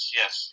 yes